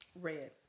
Red